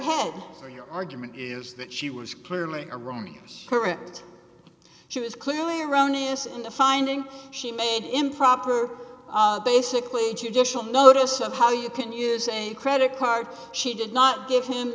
head or your argument is that she was clearly erroneous correct she was clearly erroneous in the finding she made improper basically a judicial notice of how you can use a credit card she did not give him